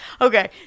Okay